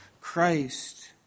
Christ